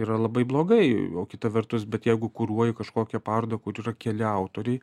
yra labai blogai o kita vertus bet jeigu kuruoji kažkokią parodą kur yra keli autoriai